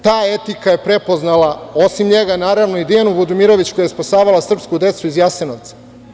Ta etika je prepoznala, osim njega, i Dijanu Budimirović, koja je spasavala srpsku decu iz Jasenovca.